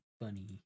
Funny